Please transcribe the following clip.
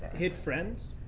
hit friends.